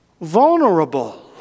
vulnerable